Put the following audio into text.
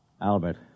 Albert